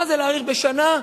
מה זה להאריך בשנה?